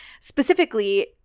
specifically